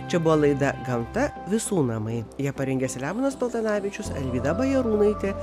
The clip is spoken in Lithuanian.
čia buvo laida gamta visų namai ją parengė selemonas paltanavičius alvyda bajarūnaitė